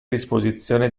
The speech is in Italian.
disposizione